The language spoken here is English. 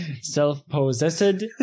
self-possessed